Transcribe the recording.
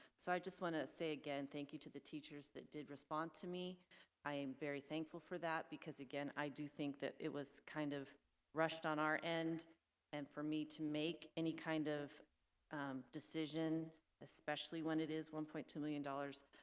so i just want to say again thank you to the teachers that did respond to me i am very thankful for that because again i do think that it was kind of rushed on our end and for me to make any kind of decision especially when it is one point two million dollars.